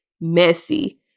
messy